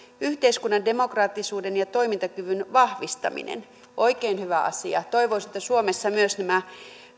yhteiskunnan demokraattisuuden ja toimintakyvyn vahvistaminen oikein hyvä asia toivoisi että myös suomessa täällä kotimaassa nämä